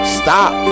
stop